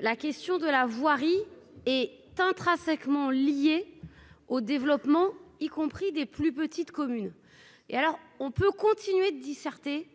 la question de la voirie et. Tu intrinsèquement liées au développement, y compris des plus petites communes, et alors on peut continuer disserter.